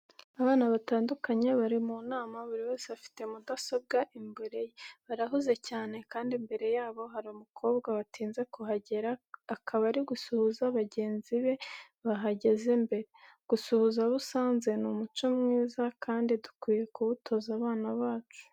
Abantu batandukanye bari mu nama, buri wese afite mudasobwa imbere ye. Barahuze cyane kandi imbere yabo hari umukobwa watinze kuhagera, akaba ari gusuhuza bagenzi be bahageze mbere. Gusuhuza abo usanze ni umuco mwiza kandi dukwiye kuwutoza abana bacu.